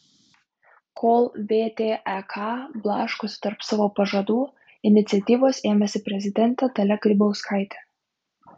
kol vtek blaškosi tarp savo pažadų iniciatyvos ėmėsi prezidentė dalia grybauskaitė